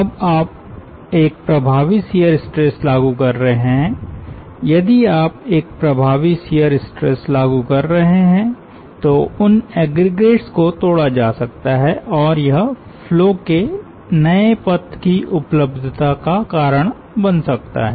अब आप एक प्रभावी शियर स्ट्रेस लागू कर रहे हैं यदि आप एक प्रभावी शियर स्ट्रेस लागू कर रहे हैं तो उन एग्रीगेट्स को तोड़ा जा सकता है और यह फ्लो के नए पथ की उपलब्धता का कारण बन सकता है